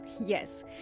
Yes